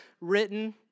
written